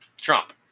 Trump